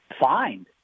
find